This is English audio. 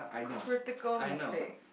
critical mistake